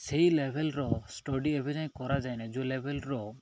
ସେଇ ଲେବେଲ୍ର ଷ୍ଟଡ଼ି ଏବେ ଯାଏଁ କରାଯାଇନାଇଁ ଯେଉଁ ଲେବେଲ୍ର